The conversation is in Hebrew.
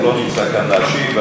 הוא לא נמצא כאן להשיב.